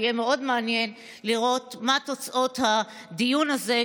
ויהיה מאוד מעניין לראות מה תוצאות הדיון הזה,